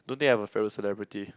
don't think I have a favorite celebrity